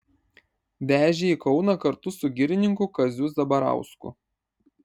vežė į kauną kartu su girininku kaziu zabarausku